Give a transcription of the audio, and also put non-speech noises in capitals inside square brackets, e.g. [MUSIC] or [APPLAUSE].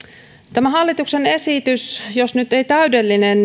tämä hallituksen esitys jos nyt ei täydellinen [UNINTELLIGIBLE]